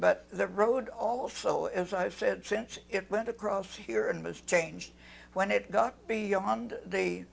but the road also as i said since it went across here and was changed when it got beyond the